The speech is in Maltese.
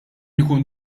ikun